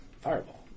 Fireball